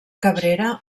cabrera